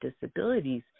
disabilities